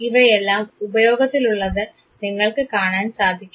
ഇവയെല്ലാം ഉപയോഗത്തിലുള്ളത് നിങ്ങൾക്ക് കാണാൻ സാധിക്കും